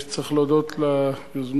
צריך להודות ליוזמים,